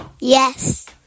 Yes